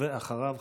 ואחריו,